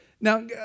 Now